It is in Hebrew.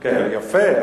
יפה.